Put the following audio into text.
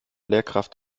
lehrkraft